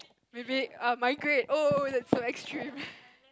maybe um migrate oh that's so extreme